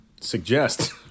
Suggest